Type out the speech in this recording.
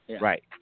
Right